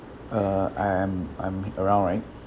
uh I'm I'm around right